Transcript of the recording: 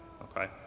Okay